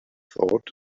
thought